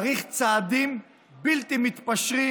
צריך צעדים בלתי מתפשרים,